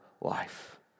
life